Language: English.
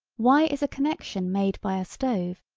why is a connection made by a stove,